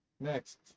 Next